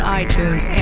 iTunes